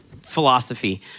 philosophy